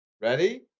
Ready